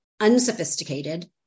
unsophisticated